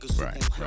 Right